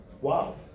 wow